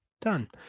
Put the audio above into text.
done